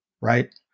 right